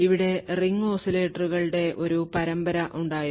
ഇവിടെ റിംഗ് ഓസിലേറ്ററുകളുടെ ഒരു പരമ്പര ഉണ്ടായിരുന്നു